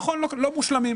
נכון, לא מושלמים.